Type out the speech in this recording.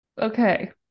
okay